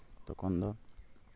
ᱛᱚᱠᱷᱚᱱ ᱫᱚ